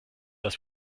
dass